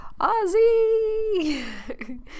Ozzy